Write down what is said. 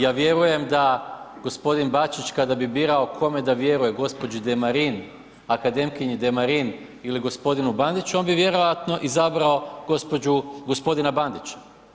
Ja vjerujem da gospodin Bačić kada bi birao kome da vjeruje gospođi Demarin, akademkinji Demarin ili gospodinu Bandiću on bi vjerojatno izabrao gospođu, gospodina Bandića.